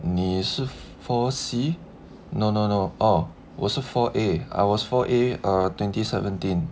你是 four C no no no or was a four a I was four a twenty seventeen